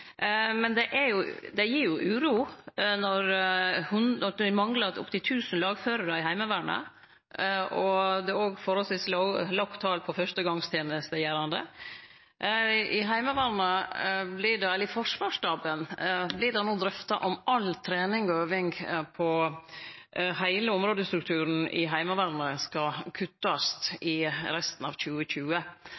Men det gir uro at det manglar opptil tusen lagførarar i Heimevernet og det er forholdsvis få inne til førstegongsteneste. I Forsvarsstaben vert det no drøfta om all trening og øving på heile områdestrukturen i Heimevernet skal kuttast